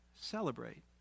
Celebrate